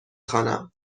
خوانم